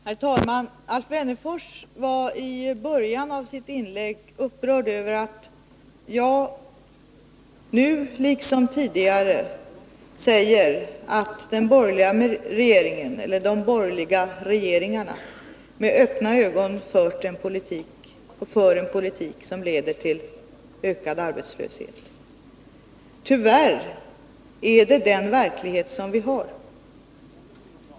Herr talman! Alf Wennerfors var i början av sitt inlägg upprörd över att jag nu liksom tidigare säger att de borgerliga regeringarna med öppna ögon har fört och för en politik som leder till ökad arbetslösbet. Tyvärr är det den verklighet som vi har.